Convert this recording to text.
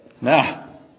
Now